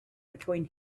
between